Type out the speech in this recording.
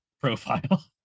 profile